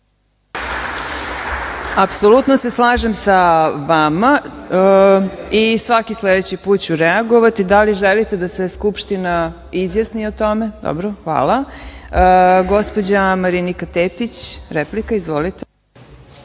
Apsolutno se slažem sa vama i svaki sledeći put ću reagovati. Da li želite da se Skupština izjasni o tome? (Ne.)Hvala. Gospođa Marinika Tepić. Replika. Izvolite.